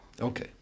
Okay